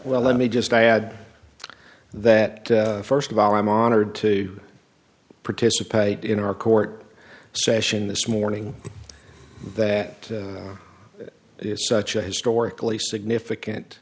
well let me just add that first of all i'm honored to participate in our court session this morning that is such a historically significant